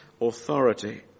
authority